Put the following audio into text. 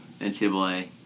NCAA